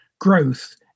growth